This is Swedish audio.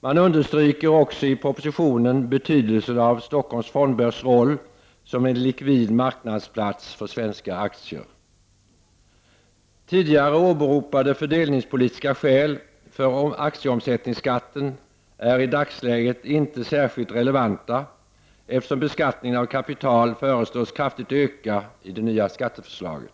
Man understryker också betydelsen av Stockholms fondbörs roll som en likvid marknadsplats för svenska aktier. Tidigare åberopade fördelningspolitiska skäl för aktieomsättningsskatten är i dagsläget inte särskilt relevanta, eftersom beskattningen av kapital föreslås kraftigt öka i det nya skatteförslaget.